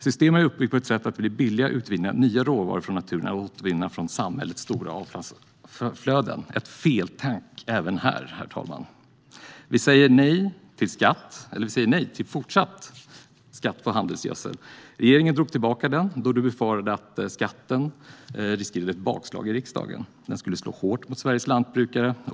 Systemet är uppbyggt på så sätt att det blir billigare att utvinna nya råvaror från naturen än att återvinna från samhällets stora avfallsflöden - ett feltänk även här, herr talman. Vi säger nej till fortsatt skatt på handelsgödsel. Regeringen drog tillbaka den då man befarade att skatten riskerade ett bakslag i riksdagen. Den skulle slå hårt mot Sveriges lantbrukare.